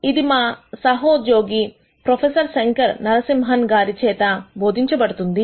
ఇది మా సహోద్యోగి ప్రొఫెసర్ శంకర్ నరసింహన్ గారి చేత బోధించ బడుతుంది